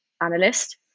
analyst